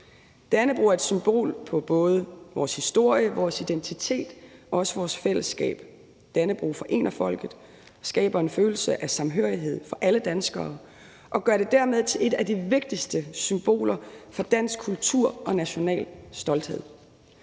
Dannebrog er et symbol på både vores historie, vores identitet og også vores fællesskab. Dannebrog forener folket og skaber en følelse af samhørighed for alle danskere, og det gør det dermed til et af de vigtigste symboler for dansk kultur og national stolthed.